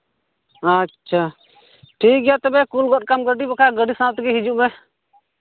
ᱟᱪᱪᱷᱟ ᱴᱷᱤᱠ ᱜᱮᱭᱟ ᱛᱚᱵᱮ ᱠᱩᱞ ᱜᱚᱫ ᱠᱟᱜ ᱟᱢ ᱜᱟᱹᱰᱤ ᱵᱟᱠᱷᱟᱱ ᱜᱟᱹᱰᱤ ᱥᱟᱶ ᱛᱮᱜᱮ ᱦᱤᱡᱩᱜ ᱢᱮ